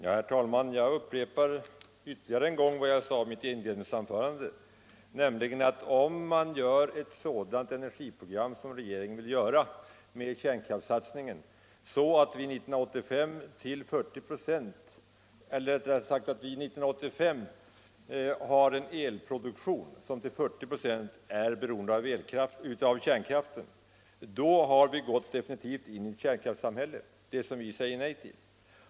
Herr talman! Jag upprepar ytterligare en gång vad jag sade i mitt inledningsanförande. Om man gör upp ett sådant program som regeringen förespråkar i vad gäller kärnkraftssatsningen, innebärande att vi 1985 skulle ha en elproduktion som till 40 96 är beroende av kärnkraft, har vi definitivt gått in i det kärnkraftssamhälle som centern säger nej till.